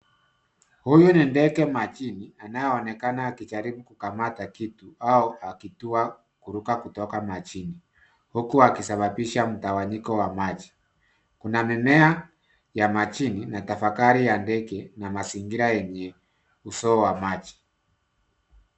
Huyu ni ndege majini anayeonekana akijaribu kukamata kitu au akitua kuruka kutoka majini, huku akisababisha mganyiko wa maji. Kuna mimea ya majini na tafakari ya ndege, na mazingira yenye uso wa maji.